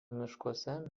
miškuose